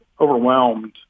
overwhelmed